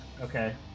Okay